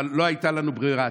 אבל לא הייתה לנו ברירה.